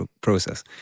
process